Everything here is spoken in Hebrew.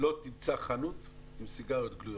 לא תמצא חנות עם סיגריות גלויות.